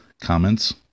comments